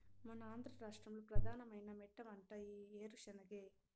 మన ఆంధ్ర రాష్ట్రంలో ప్రధానమైన మెట్టపంట ఈ ఏరుశెనగే